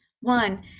One